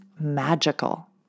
magical